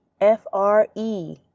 F-R-E